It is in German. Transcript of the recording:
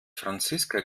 franziska